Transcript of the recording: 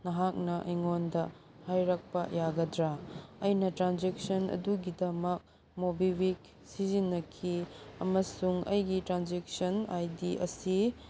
ꯅꯍꯥꯛꯅ ꯑꯩꯉꯣꯟꯗ ꯍꯥꯏꯔꯛꯄ ꯌꯥꯒꯗ꯭ꯔꯥ ꯑꯩꯅ ꯇ꯭ꯔꯥꯟꯖꯦꯛꯁꯟ ꯑꯗꯨꯒꯤꯗꯃꯛ ꯃꯣꯕꯤꯛꯋꯤꯛ ꯁꯤꯖꯤꯟꯅꯈꯤ ꯑꯃꯁꯨꯡ ꯑꯩꯒꯤ ꯇ꯭ꯔꯥꯟꯖꯦꯛꯁꯟ ꯑꯥꯏ ꯗꯤ ꯑꯁꯤ